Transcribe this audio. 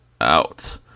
out